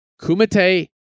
Kumite